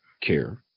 care